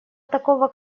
такого